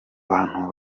bantu